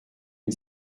une